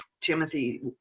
Timothy